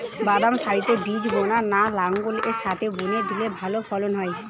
বাদাম সারিতে বীজ বোনা না লাঙ্গলের সাথে বুনে দিলে ভালো ফলন হয়?